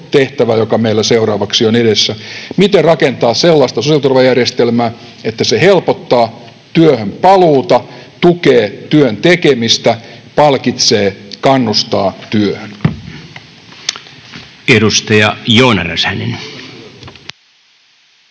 joka meillä seuraavaksi on edessä: miten rakentaa sellaista sosiaaliturvajärjestelmää, että se helpottaa työhön paluuta, tukee työn tekemistä, palkitsee, kannustaa työhön. [Speech 85] Speaker: